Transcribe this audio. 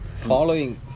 following